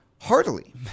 heartily